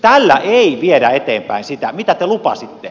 tällä ei viedä eteenpäin sitä mitä te lupasitte